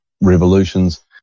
revolutions